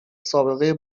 سابقه